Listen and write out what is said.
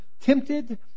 tempted